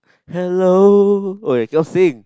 hello !oi! cannot sing